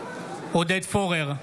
עודד פורר,